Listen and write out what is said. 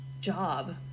job